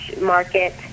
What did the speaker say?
market